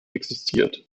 existiert